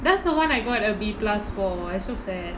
that's the one I got a B plus for I'm so sad